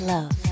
Love